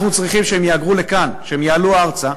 אנחנו צריכים שהם יהגרו לכאן, שהם יעלו ארצה.